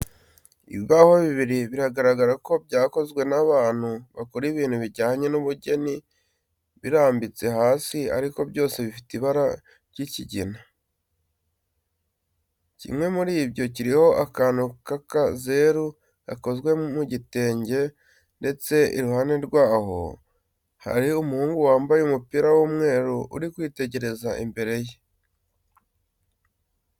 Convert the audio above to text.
Ibibaho bibiri bigaragara ko byakozwe n'abantu bakora ibintu bijyanye n'ubugeni birambitse hasi ariko byose bifite ibara ry'ikigina. Kimwe muri byo kiriho akantu k'akazeru gakoze mu gitenge ndetse iruhande rwaho hari umuhungu wambaye umupira w'umweru uri kwitegereza imbere ye.